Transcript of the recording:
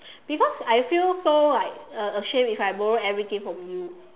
because I feel so like uh ashamed if I borrow everything from you